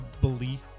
belief